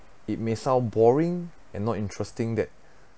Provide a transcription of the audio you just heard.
it may sound boring and not interesting that